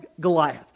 Goliath